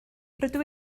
rydw